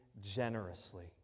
generously